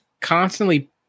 constantly